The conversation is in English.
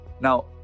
Now